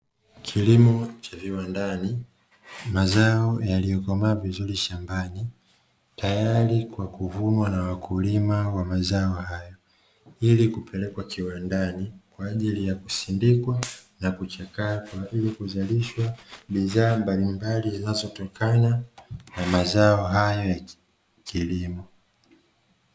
Kilimo cha viwandani mazao yaliyokomaa vizuri shambani, tayari kwa kuvunwa na wakulima wa mazao hayo ili kupelekwa kiwandani kwa ajili ya kusindikwa na kuchakatwa, ili kuzalishwa bidhaa mbalimbali zinazotokana na mazao hayo ya kilimo.